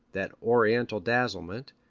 that oriental dazzlement,